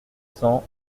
cents